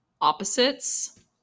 opposites